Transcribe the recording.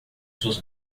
suas